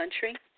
country